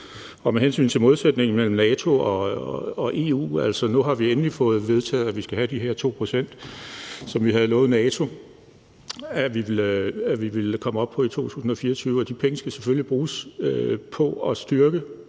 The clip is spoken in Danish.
Med hensyn til modsætningen mellem NATO og EU vil jeg sige, at nu har vi endelig fået vedtaget, at vi skal have de her 2 pct., som vi havde lovet NATO at vi ville komme op på i 2024, og de penge skal selvfølgelig bruges på at styrke